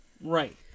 Right